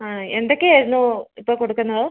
ആ എന്തൊക്കെ ആയിരുന്നു ഇപ്പോൾ കൊടുക്കുന്നത്